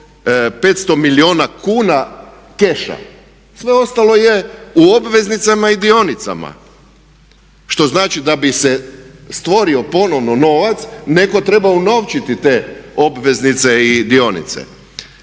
500 milijuna kuna keša, sve ostalo je u obveznicama i dionicama što znači da bi se stvorio ponovno novac netko treba unovčiti te obveznice i dionice.